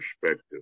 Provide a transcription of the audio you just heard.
perspective